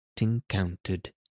encountered